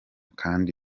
kdi